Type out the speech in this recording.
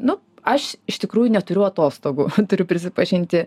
nu aš iš tikrųjų neturiu atostogų turiu prisipažinti